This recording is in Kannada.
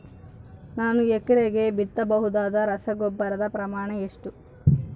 ಒಂದು ಎಕರೆಗೆ ಬಿತ್ತಬಹುದಾದ ರಸಗೊಬ್ಬರದ ಪ್ರಮಾಣ ಎಷ್ಟು?